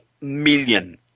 million